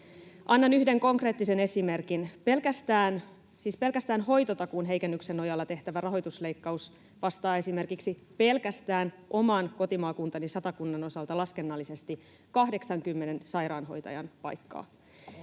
Annan yhden konkreettisen esimerkin: siis pelkästään hoitotakuun heikennyksen nojalla tehtävä rahoitusleikkaus vastaa esimerkiksi pelkästään oman kotimaakuntani Satakunnan osalta laskennallisesti 80 sairaanhoitajan paikkaa.